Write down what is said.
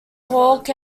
cork